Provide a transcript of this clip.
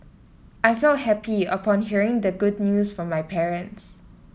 I felt happy upon hearing the good news from my parents